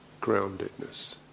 groundedness